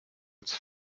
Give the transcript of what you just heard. its